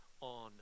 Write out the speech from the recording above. on